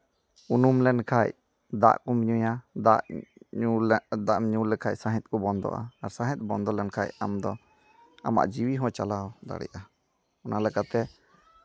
ᱩᱱᱩᱢ ᱞᱮᱱᱠᱷᱟᱡ ᱫᱟᱜ ᱠᱚᱢ ᱧᱩᱭᱟ ᱫᱟᱜ ᱧᱩ ᱫᱟᱜᱼᱮᱢ ᱧᱩ ᱞᱮᱠᱷᱟᱡ ᱥᱟᱸᱦᱮᱫ ᱠᱚ ᱵᱚᱱᱫᱚᱜᱼᱟ ᱟᱨ ᱥᱟᱸᱦᱮᱫ ᱫᱵᱚᱱᱫᱚ ᱞᱮᱱᱠᱷᱟᱡ ᱟᱢ ᱫᱚ ᱟᱢᱟᱜ ᱡᱤᱣᱤ ᱦᱚᱸ ᱪᱟᱞᱟᱣ ᱫᱟᱲᱭᱟᱜᱼᱟ ᱚᱱᱟ ᱞᱮᱠᱟᱛᱮ